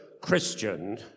christian